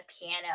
piano